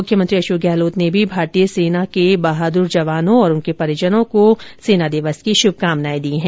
मुख्यमंत्री अशोक गहलोत ने भी भारतीय सेना के बहादुर जवानों और उनके परिजनों को शुभकामनाए दी है